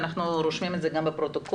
אנחנו רושמים את זה גם בפרוטוקול,